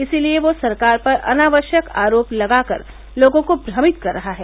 इसलिए वह सरकार पर अनावश्यक आरोप लगाकर लोगों को भ्रमित कर रहा है